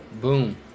boom